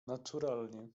naturalnie